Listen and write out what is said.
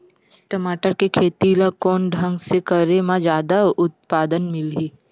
टमाटर के खेती ला कोन ढंग से करे म जादा उत्पादन मिलही?